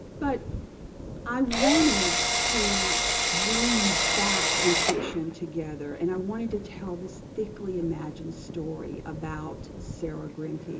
but i wanted to weave fact and fiction together. and i wanted to tell this thickly imagined story about sarah grimke.